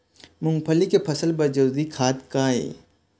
मूंगफली के फसल बर जरूरी खाद का ये?